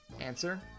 Answer